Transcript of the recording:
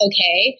Okay